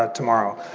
ah tomorrow.